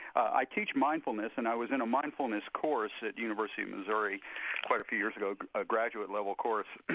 i teach mindfulness and i was in a mindfulness course at university of missouri quite a few years ago, a graduate-level course.